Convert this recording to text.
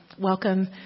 welcome